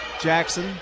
Jackson